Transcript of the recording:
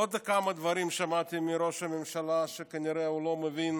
שמעתי עוד כמה דברים מראש הממשלה, שכנראה לא מבין